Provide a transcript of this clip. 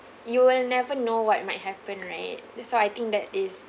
you will never know what might happen right that's why I think that is